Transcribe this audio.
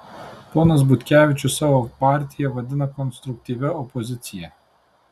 ponas butkevičius savo partiją vadina konstruktyvia opozicija